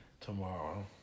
tomorrow